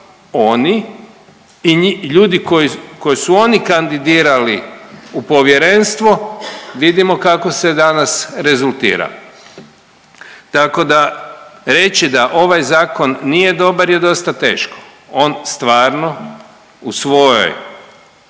oni i ljudi koje su oni kandidirali u Povjerenstvo vidimo kako se danas rezultira. Tako da reći da ovaj zakon nije dobar je dosta teško. On stvarno u svojoj